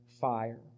fire